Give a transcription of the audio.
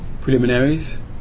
preliminaries